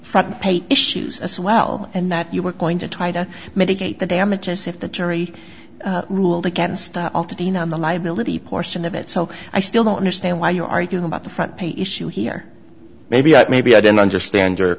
front page issues as well and that you were going to try to mitigate the damages if the jury ruled against dean on the liability portion of it so i still don't understand why you're arguing about the front page issue here maybe i maybe i didn't understand your